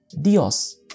dios